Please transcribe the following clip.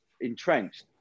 entrenched